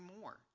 more